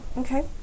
Okay